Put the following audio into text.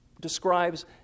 describes